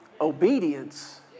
obedience